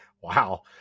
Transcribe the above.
Wow